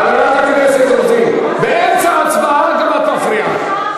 חברת הכנסת רוזין, גם באמצע הצבעה את מפריעה.